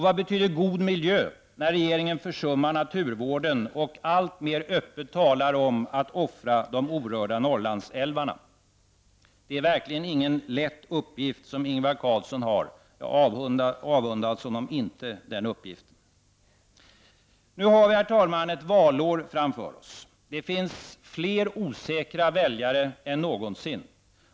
Vad betyder god miljö när regeringen försummar naturvården och alltmer öppet talar om att offra de orörda Norrlandsälvarna? Det är verkligen inte någon lätt uppgift som Ingvar Carlsson har. Jag avundas honom inte den uppgiften. Herr talman! Nu har vi ett valår framför oss. Det finns fler osäkra väljare än någonsin.